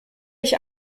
ich